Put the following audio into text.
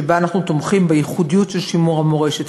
שבה אנחנו תומכים בייחודיות של שימור המורשת,